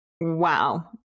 Wow